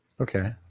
okay